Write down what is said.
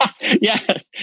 Yes